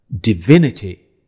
divinity